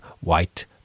white